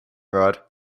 rod